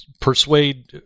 persuade